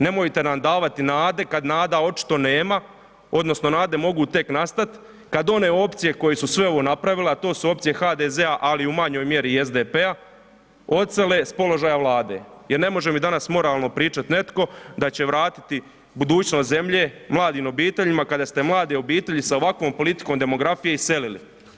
Nemojte nam davati nade, kad nada očito nema odnosno nade mogu tek nastat kad one opcije koje su sve ovo napravile, a to su opcije HDZ-a ali u manjoj i SDP-a odsele s položaja vlade jer ne može mi danas moralno pričat netko da će vratiti budućnost zemlje mladim obiteljima kada ste mlade obitelji s ovakvom politikom demografije iselili.